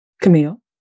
Camille